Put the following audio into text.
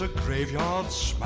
ah graveyards.